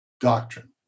doctrine